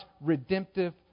redemptive